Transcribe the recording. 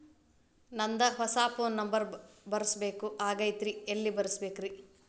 ನಂದ ಹೊಸಾ phone number ಬರಸಬೇಕ್ ಆಗೈತ್ರಿ ಎಲ್ಲೆ ಬರಸ್ಬೇಕ್ರಿ?